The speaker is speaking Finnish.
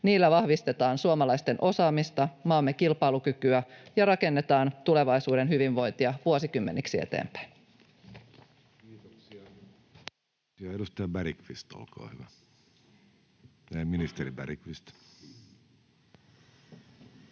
Niillä vahvistetaan suomalaisten osaamista ja maamme kilpailukykyä ja rakennetaan tulevaisuuden hyvinvointia vuosikymmeniksi eteenpäin. Kiitoksia. — Ministeri Bergqvist, olkaa hyvä. Arvoisa puhemies,